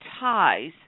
ties